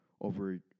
over